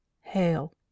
hail